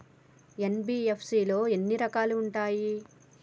NBFC లో ఎన్ని రకాలు ఉంటాయి?